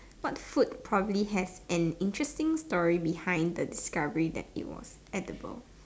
what food probably has an interesting story behind the discovery that it was edible